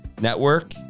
Network